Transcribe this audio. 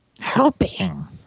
helping